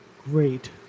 great